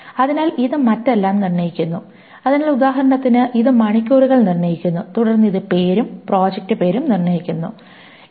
അതിനാൽ ഇത് മറ്റെല്ലാം നിർണ്ണയിക്കുന്നു അതിനാൽ ഉദാഹരണത്തിന് ഇത് മണിക്കൂറുകൾ നിർണ്ണയിക്കുന്നു തുടർന്ന് ഇത് പേരും പ്രോജക്റ്റ് പേരും നിർണ്ണയിക്കുന്നു മുതലായവ